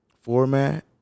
format